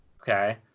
Okay